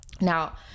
Now